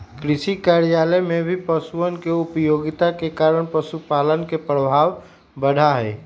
कृषिकार्य में भी पशुअन के उपयोगिता के कारण पशुपालन के प्रभाव बढ़ा हई